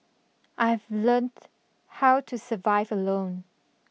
I've learnt how to survive alone